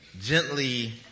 gently